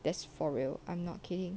that's for real I'm not kidding